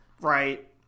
Right